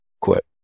quit